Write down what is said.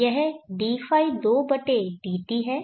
यह dϕ2 dt है